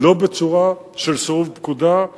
לא בצורה של סירוב פקודה,